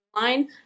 line